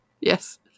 Yes